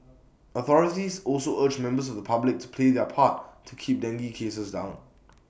authorities also urged members of the public to play their part to keep dengue cases down